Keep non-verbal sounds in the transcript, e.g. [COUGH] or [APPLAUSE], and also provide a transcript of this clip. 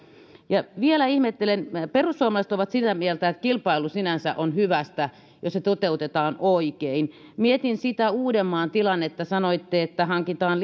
vielä ihmettelen perussuomalaiset ovat sitä mieltä että kilpailu sinänsä on hyvästä jos se toteutetaan oikein mietin sitä uudenmaan tilannetta sanoitte että hankitaan [UNINTELLIGIBLE]